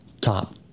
Top